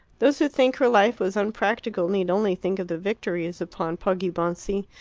those who think her life was unpractical need only think of the victories upon poggibonsi,